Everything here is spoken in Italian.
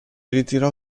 ritirò